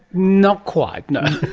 not quite, no.